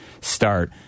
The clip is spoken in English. start